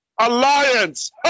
Alliance